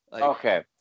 okay